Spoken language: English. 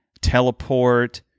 teleport